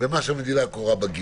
ומה שהמדינה קוראת לו בגיר.